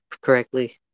correctly